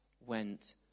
went